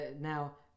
now